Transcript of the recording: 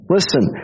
Listen